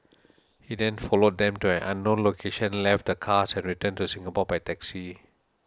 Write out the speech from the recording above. he then followed them to an unknown location left the cars and returned to Singapore by taxi